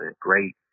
great